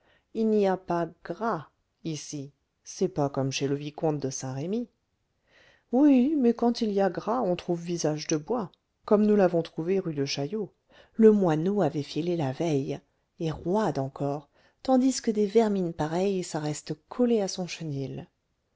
il n'y a pas gras ici c'est pas comme chez le vicomte de saint-remy oui mais quand il y a gras on trouve visage de bois comme nous l'avons trouvé rue de chaillot le moineau avait filé la veille et roide encore tandis que des vermines pareilles ça reste collé à son chenil